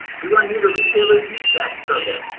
do i need a retailer's use tax permit?